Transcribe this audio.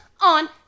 on